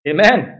Amen